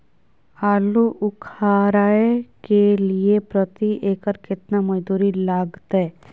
आलू उखारय के लिये प्रति एकर केतना मजदूरी लागते?